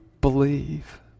believe